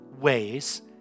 ways